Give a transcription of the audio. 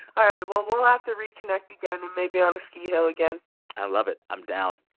all right. well, we'll have to reconnect again and maybe on a ski hill again i love it. i'm down.